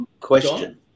Question